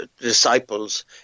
disciples